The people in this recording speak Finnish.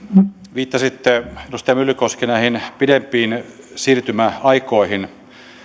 viittasitte edustaja myllykoski näihin pidempiin siirtymäaikoihin